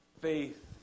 faith